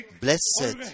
Blessed